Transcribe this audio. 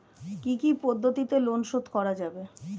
কি কি পদ্ধতিতে লোন শোধ করা যাবে?